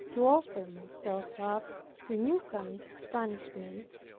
to offer myself up to new kinds of punishments,